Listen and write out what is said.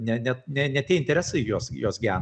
ne ne ne ne tie interesai juos juos gena